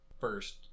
first